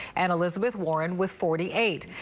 and elizabeth warren with forty eight.